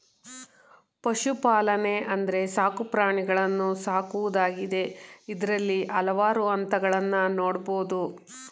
ಪಶುಪಾಲನೆ ಅಂದ್ರೆ ಸಾಕು ಪ್ರಾಣಿಗಳನ್ನು ಸಾಕುವುದಾಗಿದೆ ಇದ್ರಲ್ಲಿ ಹಲ್ವಾರು ಹಂತಗಳನ್ನ ನೋಡ್ಬೋದು